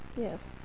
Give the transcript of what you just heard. Yes